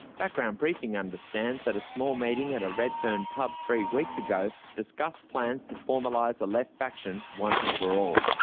background briefing understands that a small meeting at a redfern pub three weeks ago discussed plans to formalise a left faction once and for all.